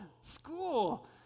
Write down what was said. school